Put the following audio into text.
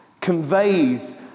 conveys